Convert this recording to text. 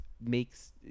makes